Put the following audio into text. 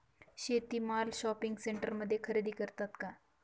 शेती माल शॉपिंग सेंटरमध्ये खरेदी करतात का?